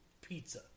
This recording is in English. pizza